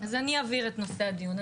אז אני אבהיר את נושא הדיון.